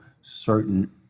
certain